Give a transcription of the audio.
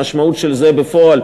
המשמעות של זה בפועל,